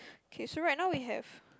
okay so right now we have